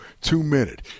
two-minute